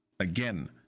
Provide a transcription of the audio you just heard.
Again